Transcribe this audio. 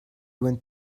want